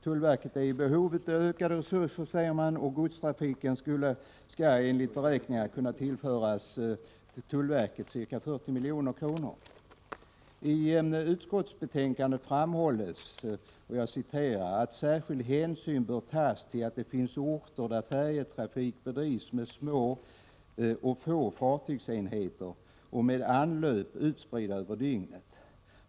Tullverket är i behov av ökade resurser, och godstrafiken skall enligt beräkningar kunna tillföra verket 40 milj.kr. I utskottsbetänkandet framhålls: ”Särskild hänsyn bör tas till att det finns orter där färjetrafik bedrivs med små och få fartygsenheter och med anlöp utspridda över dygnet.